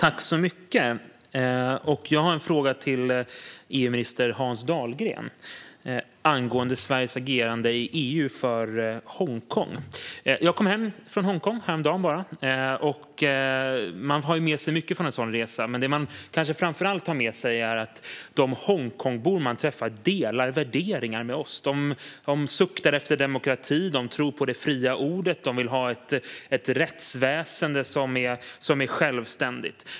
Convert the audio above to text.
Fru talman! Jag har en fråga till EU-minister Hans Dahlgren angående Sveriges agerande i EU för Hongkong. Jag kom hem från Hongkong bara häromdagen. Man har med sig mycket från en sådan resa, men det man kanske framför allt har med sig är att de Hongkongbor man träffar delar värderingar med oss. De suktar efter demokrati, de tror på det fria ordet och de vill ha ett rättsväsen som är självständigt.